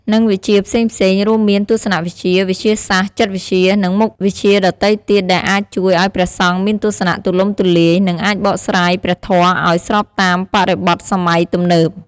និងវិជ្ជាផ្សេងៗ រួមមានទស្សនវិជ្ជា វិទ្យាសាស្ត្រ ចិត្តវិទ្យា និងមុខវិជ្ជាដទៃទៀតដែលអាចជួយឱ្យព្រះសង្ឃមានទស្សនៈទូលំទូលាយ និងអាចបកស្រាយព្រះធម៌ឱ្យស្របតាមបរិបទសម័យទំនើប។